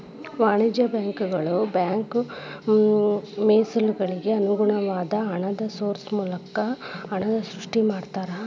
ವಾಣಿಜ್ಯ ಬ್ಯಾಂಕುಗಳ ಬ್ಯಾಂಕ್ ಮೇಸಲುಗಳಿಗೆ ಅನುಗುಣವಾದ ಹಣನ ಸೇರ್ಸೋ ಮೂಲಕ ಹಣನ ಸೃಷ್ಟಿ ಮಾಡ್ತಾರಾ